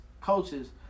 coaches